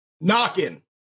knocking